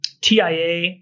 TIA